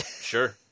Sure